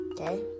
Okay